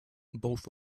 both